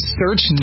search